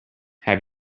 have